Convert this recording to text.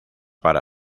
para